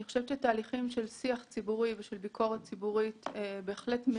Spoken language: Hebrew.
אני חושבת שתהליכים של שיח ציבורי וביקורת ציבורית מניעים